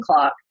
clock